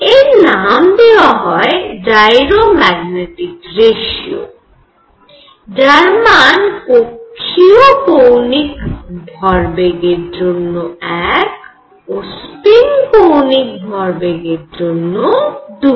এর নাম দেওয়া হয় জাইরো ম্যাগ্নেটিক রেশিও যার মান কক্ষীয় কৌণিক ভরবেগের জন্য এক ও স্পিন কৌণিক ভরবেগের জন্য দুই